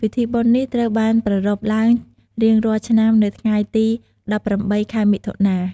ពិធីបុណ្យនេះត្រូវបានប្រារព្ធឡើងរៀងរាល់ឆ្នាំនៅថ្ងៃទី ១៨ ខែមិថុនា ។